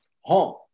home